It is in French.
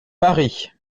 paris